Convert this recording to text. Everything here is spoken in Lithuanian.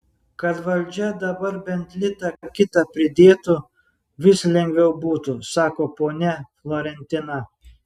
kad valdžia dabar bent litą kitą pridėtų vis lengviau būtų sako ponia florentina